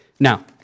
Now